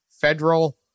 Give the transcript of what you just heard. federal